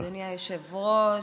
אדוני היושב-ראש,